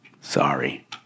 Sorry